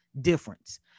difference